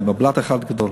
בבל"ת אחד גדול.